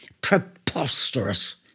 Preposterous